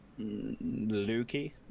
lukey